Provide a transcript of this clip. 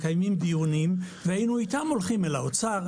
מקיימים דיונים והיינו איתם הולכים אל האוצר,